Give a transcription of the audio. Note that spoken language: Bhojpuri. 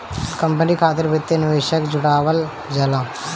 कंपनी खातिर वित्तीय निवेशक जुटावल जाला